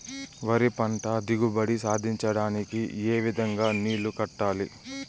వరి పంట దిగుబడి సాధించడానికి, ఏ విధంగా నీళ్లు కట్టాలి?